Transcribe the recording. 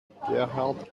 gerhard